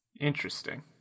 Interesting